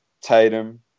Tatum